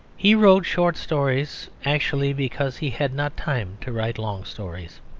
he wrote short stories actually because he had not time to write long stories.